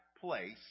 place